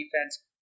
defense